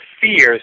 fears